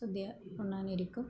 സദ്യ ഉണ്ണാനിരിക്കും